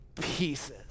pieces